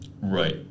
Right